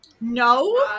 No